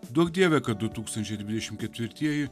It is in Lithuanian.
duok dieve kad du tūkstančiai dvidešim ketvirtieji